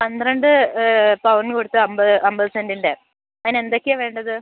പന്ത്രണ്ട് പവൻ കൊടുത്താൽ അമ്പത് അമ്പത് സെന്റിൻ്റെ അതിന് എന്തൊക്കെയാണ് വേണ്ടത്